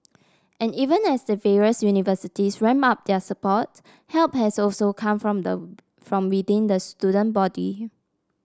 and even as the various universities ramp up their support help has also come from them from within the student body